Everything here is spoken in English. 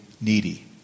needy